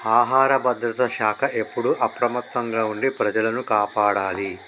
ఆహార భద్రత శాఖ ఎప్పుడు అప్రమత్తంగా ఉండి ప్రజలను కాపాడాలి